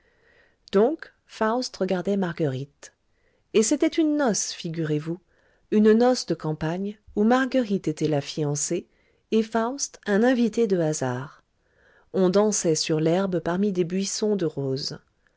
donc faust regardait marguerite et c'était une noce figurez-vous une noce de campagne où marguerite était la fiancée et faust un invité de hasard on dansait sur l'herbe parmi des buissons de roses